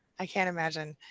i can't imagine.